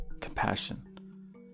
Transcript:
Compassion